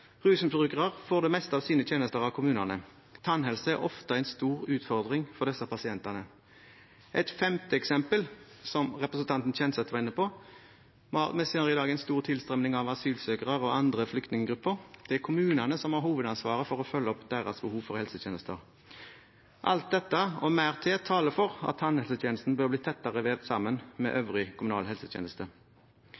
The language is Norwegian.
får det meste av sine tjenester av kommunene. Tannhelse er ofte en stor utfordring for disse pasientene. Et femte eksempel, som representanten Kjenseth var inne på: Vi ser i dag en stor tilstrømning av asylsøkere og andre flyktninggrupper. Det er kommunene som har hovedansvaret for å følge opp deres behov for helsetjenester. Alt dette og mer til taler for at tannhelsetjenesten bør bli tettere vevd sammen med øvrig kommunal helsetjeneste.